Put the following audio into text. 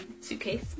suitcase